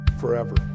forever